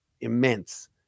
immense